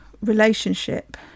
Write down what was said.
relationship